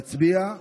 נצביע,